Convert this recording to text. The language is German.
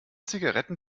zigaretten